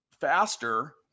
faster